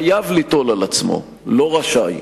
חייב ליטול על עצמו, לא רשאי.